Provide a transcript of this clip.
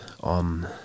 on